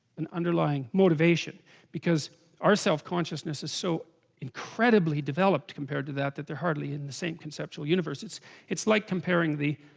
and underlying motivation because our self-consciousness is so incredibly developed compared to that that they're hardly in the same conceptual universes it's like comparing the